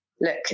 look